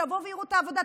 שיבואו ויראו את העבודה.